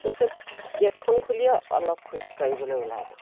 তাৰপিছত গেটখন খুলিয়ে অলপ খোজকাঢ়িবলে ওলাই যাওঁ